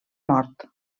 mort